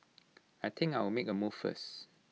I think I'll make A move first